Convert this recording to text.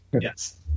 Yes